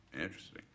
Interesting